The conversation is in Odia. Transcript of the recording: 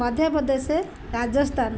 ମଧ୍ୟପ୍ରଦେଶେ ରାଜସ୍ଥାନ